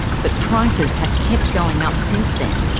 but prices have kept going up since then,